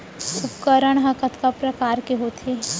उपकरण हा कतका प्रकार के होथे?